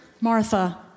Martha